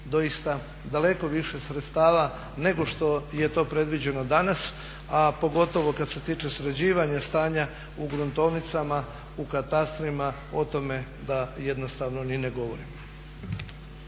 doista daleko više sredstava nego što je to predviđeno danas, a pogotovo kad se tiče sređivanja stanja u gruntovnicama, u katastrima, o tome da jednostavno ni ne govorimo.